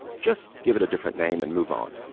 just give it a different name and move on